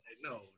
no